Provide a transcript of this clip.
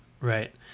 right